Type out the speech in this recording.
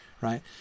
right